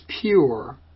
pure